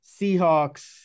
Seahawks